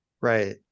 right